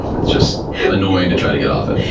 it's just annoying to try to get off it.